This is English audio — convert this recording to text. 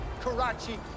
Karachi